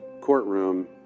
courtroom